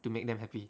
to make them happy